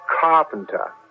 carpenter